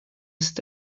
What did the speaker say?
ist